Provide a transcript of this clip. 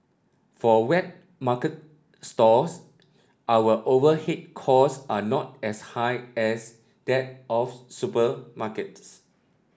for wet market stalls our overhead cost are not as high as that of supermarkets